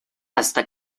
hasta